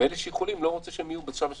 ואלה שיכולים אני לא רוצה שהם יהיו בצד השני,